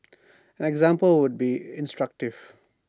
an example would be instructive